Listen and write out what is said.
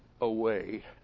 away